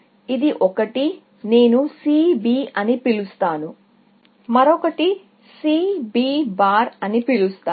ఇది ఒకటి నేను C B అని పిలుస్తాను మరొకటి నేను C B̅ అని పిలుస్తాను